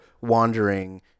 wandering